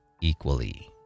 equally